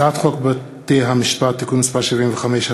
הצעת חוק בתי-המשפט (תיקון מס' 75),